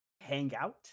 hangout